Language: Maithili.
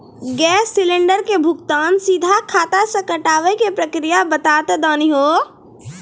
गैस सिलेंडर के भुगतान सीधा खाता से कटावे के प्रक्रिया बता दा तनी हो?